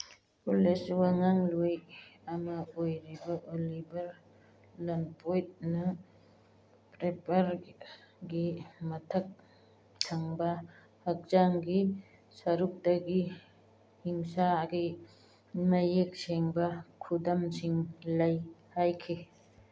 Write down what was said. police ꯋꯥꯉꯥꯡꯂꯣꯏ ꯑꯃ ꯑꯣꯏꯔꯤꯕ ꯑꯣꯂꯤꯚꯔ ꯂꯟꯄꯣꯏꯠꯅ ꯀ꯭ꯔꯦꯄꯔꯒꯤ ꯃꯊꯛ ꯊꯪꯕ ꯍꯛꯆꯥꯡꯒꯤ ꯁꯔꯨꯛꯇꯒꯤ ꯍꯤꯡꯁꯥꯒꯤ ꯃꯌꯦꯛ ꯁꯦꯡꯕ ꯈꯨꯗꯝꯁꯤꯡ ꯂꯩ ꯍꯥꯏꯈꯤ